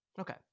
Okay